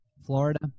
Florida